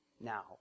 now